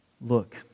Look